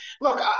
Look